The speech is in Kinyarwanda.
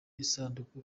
isanduku